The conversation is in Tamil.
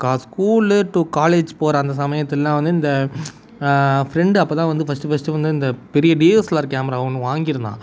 ஸ்கூலு டூ காலேஜ் போகிற அந்த சமயத்திலலாம் வந்து இந்த ஃப்ரெண்டு அப்போ தான் வந்து ஃபஸ்ட்டு ஃபஸ்ட்டு வந்து இந்த பெரிய டிஎஸ்எல்ஆர் கேமரா ஒன்று வாங்கியிருந்தான்